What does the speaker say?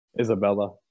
isabella